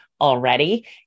already